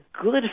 good